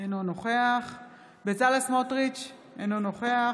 אינו נוכח בצלאל סמוטריץ' אינו נוכח